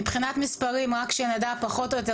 מבחינת המספרים רק שנדע פחות או יותר,